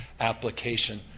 application